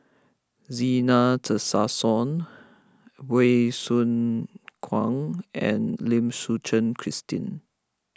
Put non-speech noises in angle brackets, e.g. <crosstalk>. Zena Tessensohn <unintelligible> Soo Khiang and Lim Suchen Christine